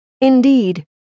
Indeed